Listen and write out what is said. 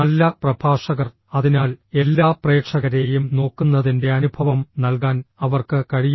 നല്ല പ്രഭാഷകർ അതിനാൽ എല്ലാ പ്രേക്ഷകരെയും നോക്കുന്നതിന്റെ അനുഭവം നൽകാൻ അവർക്ക് കഴിയും